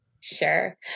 Sure